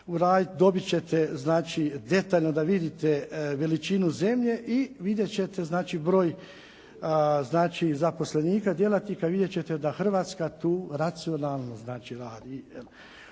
dobit ćete detaljno da vidite veličinu zemlje i vidjet ćete broj zaposlenika, djelatnika. Vidjet ćete da Hrvatska tu racionalno radi.